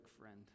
friend